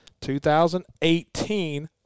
2018